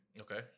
Okay